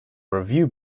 review